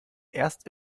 erst